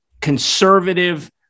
conservative